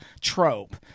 trope